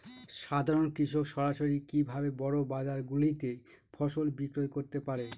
সাধারন কৃষক সরাসরি কি ভাবে বড় বাজার গুলিতে ফসল বিক্রয় করতে পারে?